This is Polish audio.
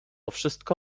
wszystko